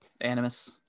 Animus